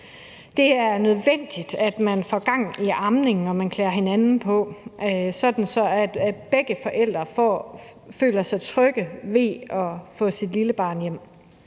Det er nødvendigt, at man får gang i amningen og bliver klædt på til det, sådan at begge forældre føler sig trygge ved at få deres lille barn hjem.